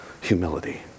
humility